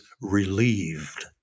relieved